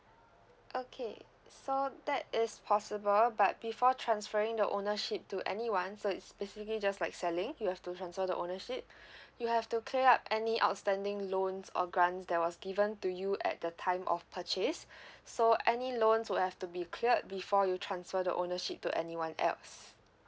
okay so that is possible but before transferring the ownership to anyone so it's basically just like selling you have to transfer the ownership you have to clear up any outstanding loans or grants that was given to you at the time of purchase so any loans would have to be cleared before you transfer the ownership to anyone else